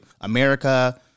America